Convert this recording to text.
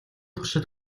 туршид